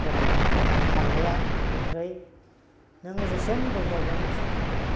गराइना आरो खारनाया गोख्रै नों जेसेनो बोग्दावगोन एसेनो खारगोन